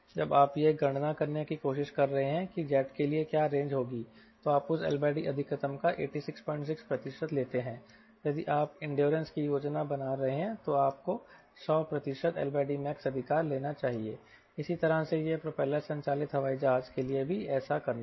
जब आप यह गणना करने की कोशिश कर रहे हैं कि जेट के लिए क्या रेंज होगी तो आप उस LD अधिकतम का 866 प्रतिशत लेते हैं यदि आप इंड्योरेंस की योजना बना रहे हैं तो आपको 100 प्रतिशत LDmax अधिकार लेना चाहिए इसी तरह से प्रोपेलर संचालित हवाई जहाज के लिए भी ऐसा करना है